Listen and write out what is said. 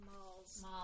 Malls